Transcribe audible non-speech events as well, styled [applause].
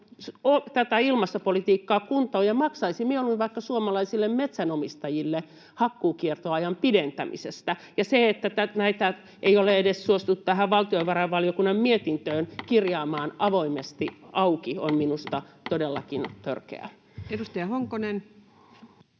tätä ilmastopolitiikkaa kuntoon ja maksaisi mieluummin vaikka suomalaisille metsänomistajille hakkuukiertoajan pidentämisestä. Ja se, että näitä ei ole edes suostuttu [noise] tähän valtiovarainvaliokunnan mietintöön kirjaamaan avoimesti auki, on minusta todellakin törkeää. Edustaja Honkonen.